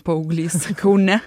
paauglys kaune